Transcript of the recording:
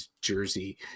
jersey